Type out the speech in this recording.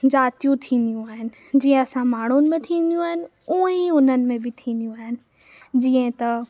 जातियूं थींदियूं आहिनि जीअं असां माण्हुनि में थींदियूं आहिनि हूंअं ई उन्हनि में बि थींदियूं आहिनि जीअं त